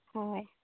ᱦᱳᱭ